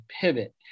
pivot